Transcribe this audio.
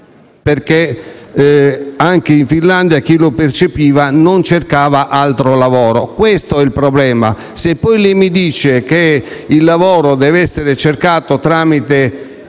perché anche in Finlandia chi lo percepiva non cercava altro lavoro. Questo è il problema. Se poi lei mi dice che il lavoro deve essere cercato tramite